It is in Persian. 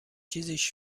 چیزیش